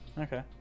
okay